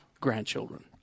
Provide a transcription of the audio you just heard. grandchildren